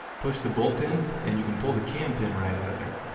push the bolt in, and you can pull the cam pin right out of there,